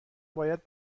باید